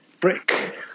brick